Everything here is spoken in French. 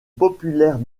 populaire